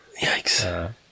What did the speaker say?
Yikes